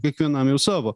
kiekvienam jau savo